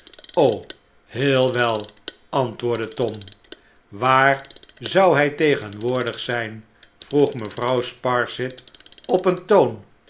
heel wel antwoordde tom waar zou hij tegenwoordig zijn vroeg mevrouw sparsit op een toon